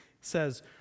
says